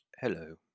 hello